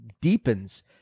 deepens